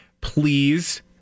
please